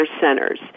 centers